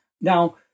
Now